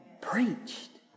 Preached